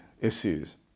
issues